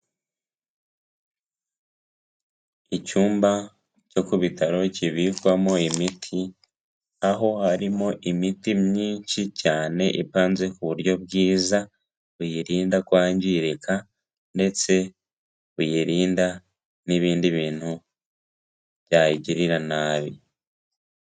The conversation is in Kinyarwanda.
Icyumba cyo ku bitaro kibikwamo imiti, aho harimo imiti myinshi cyane ipanze ku buryo bwiza buyirinda kwangirika ndetse buyirinda n'ibindi bintu byayigirira nabi.